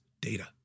data